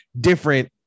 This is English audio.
different